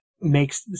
makes